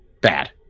Bad